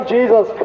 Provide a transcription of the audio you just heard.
Jesus